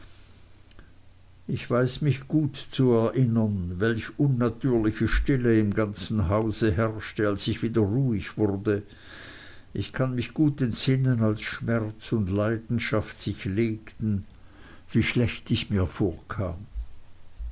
ich weiß mich gut zu erinnern welch unnatürliche stille im ganzen hause herrschte als ich wieder ruhig wurde ich kann mich gut entsinnen als schmerz und leidenschaft sich legten wie schlecht ich mir vorkam